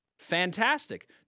fantastic